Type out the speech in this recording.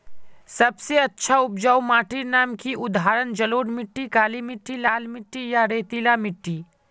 सबसे अच्छा उपजाऊ माटिर नाम की उदाहरण जलोढ़ मिट्टी, काली मिटटी, लाल मिटटी या रेतीला मिट्टी?